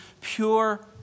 pure